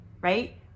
right